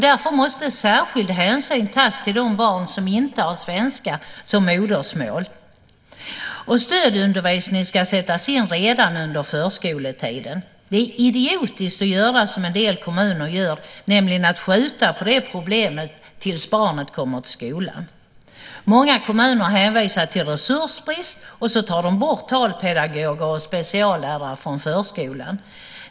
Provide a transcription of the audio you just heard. Därför måste särskild hänsyn tas till de barn som inte har svenska som modersmål, och stödundervisning ska sättas in redan under förskoletiden. Det är idiotiskt att göra som en del kommuner gör, nämligen att skjuta på det problemet tills barnet kommer till skolan. Många kommuner hänvisar till resursbrist, och så tar de bort talpedagoger och speciallärare från förskolan.